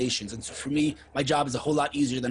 עוד אנשים שיודעים לדבר בצורה רהוטה ושמכירים את